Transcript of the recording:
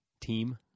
team